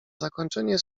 zakończenie